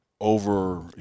over –